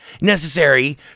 necessary